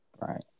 Right